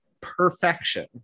perfection